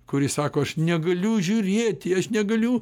kuri sako aš negaliu žiūrėti aš negaliu